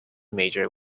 major